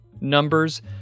numbers